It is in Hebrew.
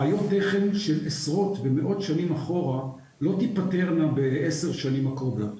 בעיות של עשרות ומאות שנים אחורה לא תיפתרנה ב-10 שנים עבודה.